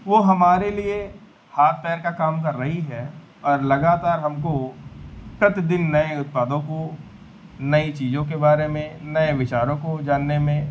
वह हमारे लिए हाथ पैर का काम कर रही है और लगातार हमको प्रतिदिन नए उत्पादों को नई चीज़ों के बारे में नए विचारों को जानने में